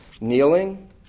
Kneeling